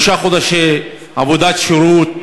שלושה חודשי עבודת שירות,